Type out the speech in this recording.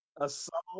Assault